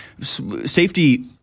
safety